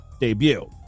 debut